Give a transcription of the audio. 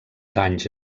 danys